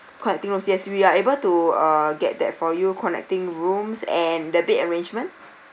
connecting room yes we are able to uh get that for you connecting rooms and the bed arrangement